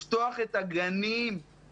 מערכת החינוך אם הייתה מדינה,